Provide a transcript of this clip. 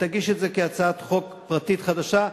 ותגיש את זה כהצעת חוק פרטית חדשה,